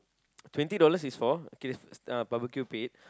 twenty dollars is for barbecue pit